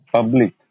Public